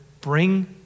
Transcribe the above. bring